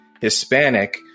Hispanic